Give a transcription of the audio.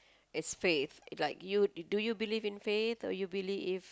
is faith like you do you believe in faith or you believe in